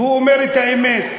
והוא אומר את האמת: